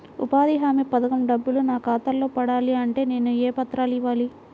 ఉపాధి హామీ పథకం డబ్బులు నా ఖాతాలో పడాలి అంటే నేను ఏ పత్రాలు ఇవ్వాలి?